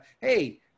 hey